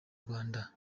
rwanda